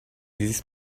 this